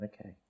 Okay